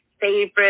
favorite